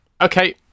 okay